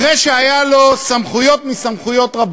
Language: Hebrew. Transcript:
אחרי שהיו לו סמכויות רבות,